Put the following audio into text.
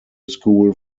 school